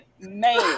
man